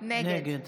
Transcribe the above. נגד